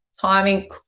timing